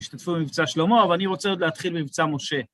השתתפו במבצע שלמה, אבל אני רוצה עוד להתחיל במבצע משה.